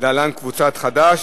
להלן: קבוצת חד"ש,